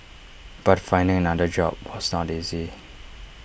but finding another job was not easy